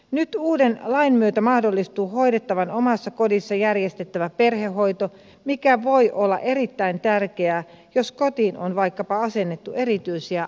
nyt uuden lain myötä mahdollistuu hoidettavan omassa kodissa järjestettävä perhehoito mikä voi olla erittäin tärkeää jos kotiin on vaikkapa asennettu erityisiä apuvälineitä